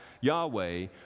Yahweh